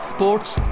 Sports